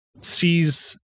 sees